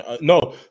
no